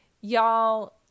Y'all